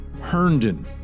Herndon